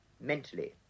mentally